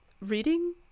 Reading